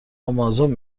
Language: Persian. امازون